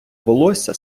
волосся